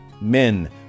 men